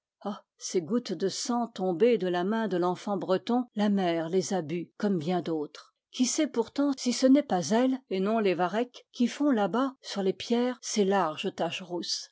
ces gouttes de sang tombées de la main de l'enfant breton la mer les a bues comme bien d'autres qui sait pourtant si ce n'est pas elles et non les varechs qui font là-bas sur les pierres ces larges taches rousses